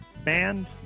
band